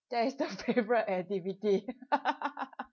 that is the favourite activity